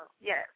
Yes